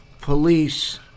Police